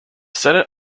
senate